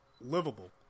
livable